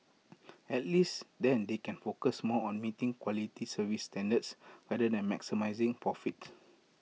at least then they can focus more on meeting quality service standards rather than maximising profits